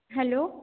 hello